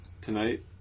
tonight